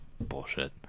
bullshit